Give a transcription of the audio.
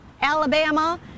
Alabama